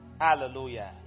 Hallelujah